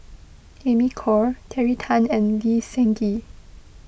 Amy Khor Terry Tan and Lee Seng Gee